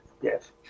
yes